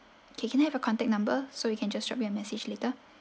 okay can I have your contact number so we can just drop you a message later